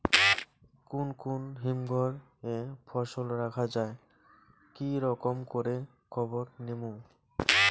কুন কুন হিমঘর এ ফসল রাখা যায় কি রকম করে খবর নিমু?